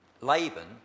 Laban